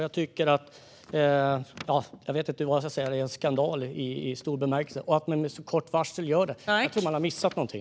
Jag vet inte vad jag ska säga - det är en stor skandal, även att man gör det med så kort varsel. Jag tror att man har missat någonting.